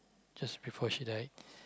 just before she died